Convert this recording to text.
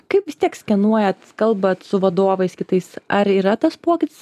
kaip vis tiek skenuojat kalbat su vadovais kitais ar yra tas pokytis